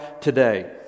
today